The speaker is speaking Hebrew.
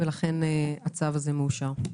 ולכן הצו הזה מאושר.